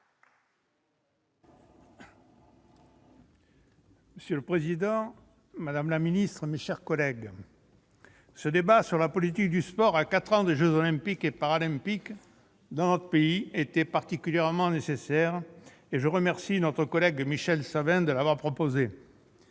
Monsieur le président, madame la ministre, mes chers collègues, ce débat sur la politique du sport, à quatre ans de la tenue des jeux Olympiques et Paralympiques dans notre pays, était particulièrement nécessaire. Je remercie notre collègue Michel Savin de l'avoir proposé.